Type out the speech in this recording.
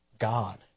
God